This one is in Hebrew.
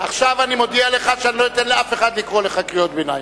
עכשיו אני מודיע לך שאני לא אתן לאף אחד לקרוא לך קריאות ביניים.